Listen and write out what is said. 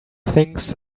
things